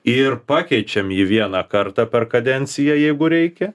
ir pakeičiam jį vieną kartą per kadenciją jeigu reikia